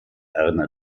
erna